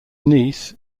niece